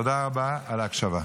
תודה רבה על ההקשבה.